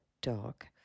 dog